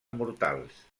mortals